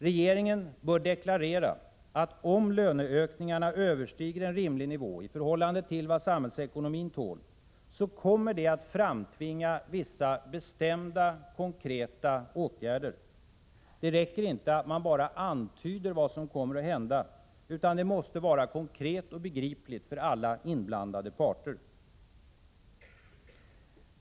Regeringen bör deklarera att om löneökningarna överstiger en rimlig nivå — i förhållande till vad samhällsekonomin tål — kommer det att framtvinga vissa bestämda, konkreta åtgärder. Det räcker inte att bara vagt antyda vad som kan hända. Det måste framstå konkret och begripligt för alla inblandade parter.